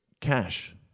Cash